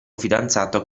fidanzato